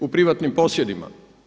U privatnim posjedima.